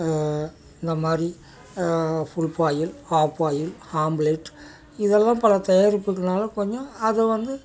இந்தமாதிரி full boil half boil omelette இதெல்லாம் பல தயாரிப்புகள்னால் கொஞ்சம் அது வந்து